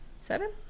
seven